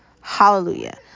hallelujah